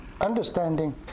understanding